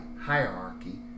hierarchy